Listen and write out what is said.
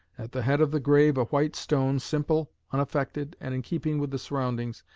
at the head of the grave a white stone, simple, unaffected, and in keeping with the surroundings,